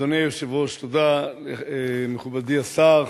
אדוני היושב-ראש, תודה למכובדי השר.